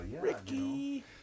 ricky